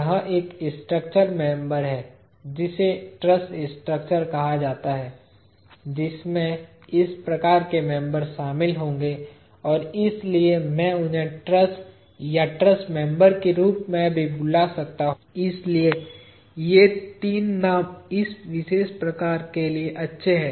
यह एक स्ट्रक्चर है जिसे ट्रस स्ट्रक्चर कहा जाता है जिसमें इस प्रकार के मेंबर शामिल होंगे और इसलिए मैं उन्हें ट्रस या ट्रस मेंबर के रूप में भी बुला सकता हूं इसलिए ये तीन नाम इस विशेष प्रकार के लिए अच्छे हैं